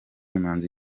imanzi